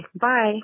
Bye